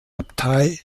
abtei